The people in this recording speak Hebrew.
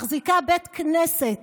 מחזיקה בית כנסת